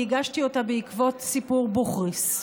אני הגשתי אותה בעקבות סיפור בוכריס,